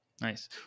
Nice